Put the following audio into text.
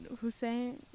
Hussein